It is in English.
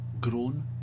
grown